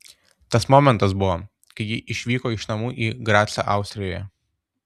tas momentas buvo kai ji išvyko iš namų į gracą austrijoje